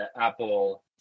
Apple